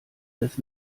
des